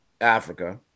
Africa